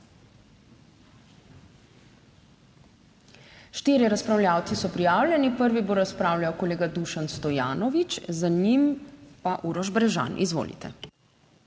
Štirje razpravljavci so prijavljeni. Prvi bo razpravljal kolega Dušan Stojanovič, za njim pa Uroš Brežan. Izvolite.